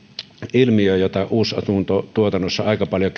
ilmiöön jota uusasuntotuotannossa aika paljon